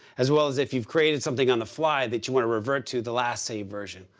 as well as if you've created something on the fly that you want to revert to the last version.